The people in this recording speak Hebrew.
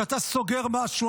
כשאתה סוגר משהו,